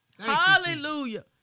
Hallelujah